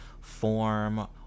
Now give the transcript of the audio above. form